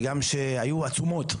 וגם כשהיו עצומות.